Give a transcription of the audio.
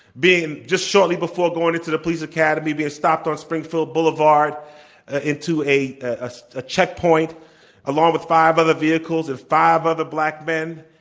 being just shortly before going into the police academy, being stopped on springfield boulevard ah into a ah checkpoint along with five other vehicles. there's ah five other black men,